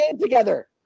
together